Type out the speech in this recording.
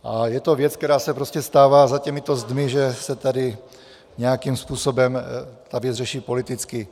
A je to věc, která se prostě stává za těmito zdmi, že se tady nějakým způsobem ta věc řeší politicky.